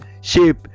shape